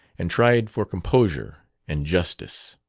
and tried for composure and justice.